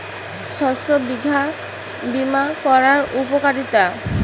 শস্য বিমা করার উপকারীতা?